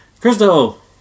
Crystal